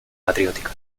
patriótica